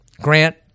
Grant